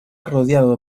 rodeado